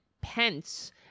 Pence